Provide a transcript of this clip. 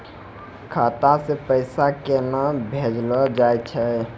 खाता से पैसा केना भेजलो जाय छै?